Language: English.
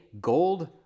gold